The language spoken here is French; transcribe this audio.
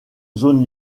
zone